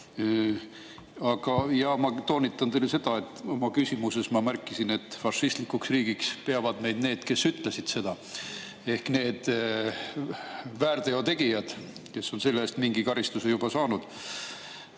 Ma toonitan seda, et oma küsimuses ma märkisin, et fašistlikuks riigiks peavad meid need, kes ütlesid seda, ehk need väärteo tegijad, kes on selle eest mingi karistuse juba saanud.